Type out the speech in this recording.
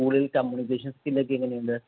സ്കൂളിൽ communication skill ഒക്കെ എങ്ങനെ ഉണ്ട്